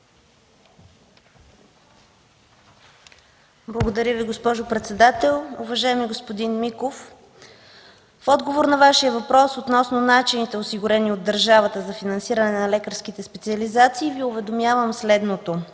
Благодаря Ви, госпожо председател. Уважаеми господин Миков, в отговор на Вашия въпрос относно начините, осигурени от държавата, за финансиране на лекарските специализации Ви уведомявам следното.